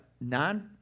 Non